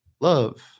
love